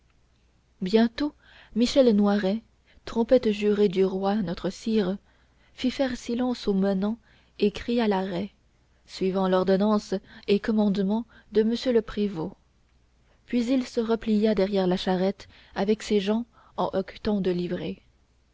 bientôt michel noiret trompette juré du roi notre sire fit faire silence aux manants et cria l'arrêt suivant l'ordonnance et commandement de m le prévôt puis il se replia derrière la charrette avec ses gens en hoquetons de livrée